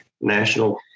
National